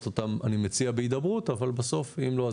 אותם אני מציע בהידברות אבל בסוף אם לא,